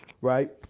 right